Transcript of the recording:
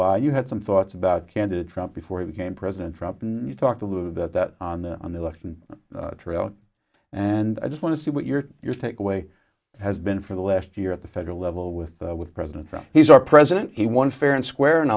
by you had some thoughts about candid trump before you became president trump and you talk to lou that that on the on the election trail and i just want to see what your your takeaway has been for the last year at the federal level with the with president he's our president he won fair and square and